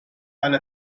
على